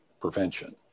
prevention